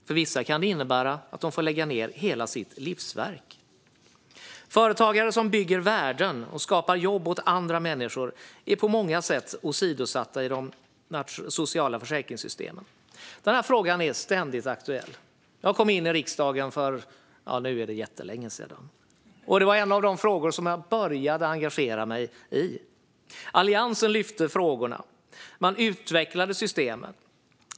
För vissa kan det innebära att de får lägga ned hela sitt livsverk. Företagare som bygger värden och skapar jobb åt andra människor är på många sätt åsidosatta i de sociala försäkringssystemen. Den här frågan är ständigt aktuell. Jag kom in i riksdagen för - ja, nu är det jättelänge sedan. Detta var en av de första frågor som jag började engagera mig i. Alliansen tog upp frågorna. Man utvecklade systemen.